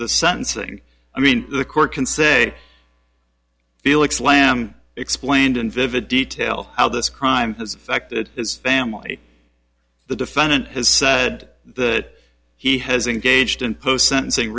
the sentencing i mean the court can say felix lamb explained in vivid detail how this crime has affected his family the defendant has said that he has engaged in post sentencing